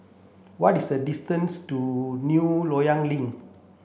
what is the distance to New Loyang Link